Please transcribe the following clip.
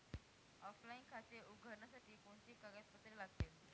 Offline खाते उघडण्यासाठी कोणती कागदपत्रे लागतील?